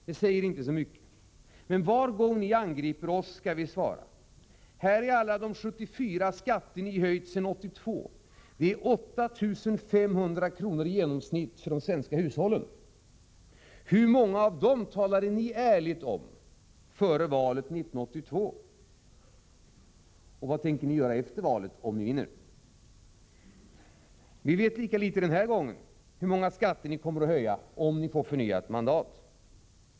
Det säger kanske inte så mycket, men var gång ni angriper oss skall vi svara: Här är alla de 74 skatter som ni höjt sedan 1982. Det är i genomsnitt 8 500 kr. för de svenska hushållen. Hur många av dem talade ni, före valet 1982, ärligen om att ni skulle höja? Och vad tänker ni göra efter valet i höst, om ni vinner? Vi vet lika litet denna gång hur många skatter ni kommer att höja, om ni får förnyat mandat.